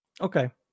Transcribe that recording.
Okay